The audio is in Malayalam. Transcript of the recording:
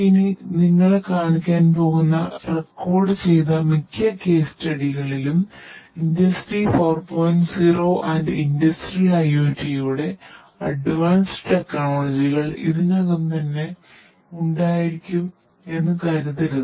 ഇനി നിങ്ങളെ കാണിക്കാൻ പോകുന്ന റെക്കോർഡ് ചെയ്ത മിക്ക കേസ്സ്റ്റഡികളിലും ഇതിനകം തന്നെ ഉണ്ടായിരിക്കും എന്ന് കരുതരുത്